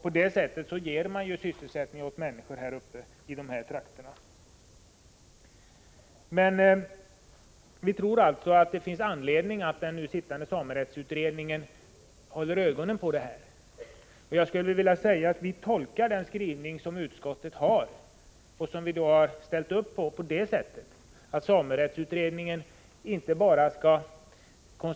På det sättet ger man sysselsättning åt människor i dessa trakter. Vi tror att det finns anledning att den nu arbetande samerättsutredningen håller ögonen på detta förhållande. Vi tolkar utskottets skrivning, som vi ställt upp på, så att samerättsutredningen inte bara skall konstatera att det — Prot.